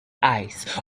ice